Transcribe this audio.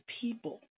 people